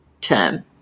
term